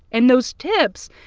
and those tips,